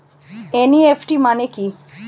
NEFT মানে কি?